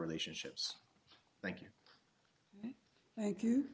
relationships thank you thank you